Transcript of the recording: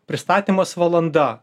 pristatymas valanda